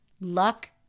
luck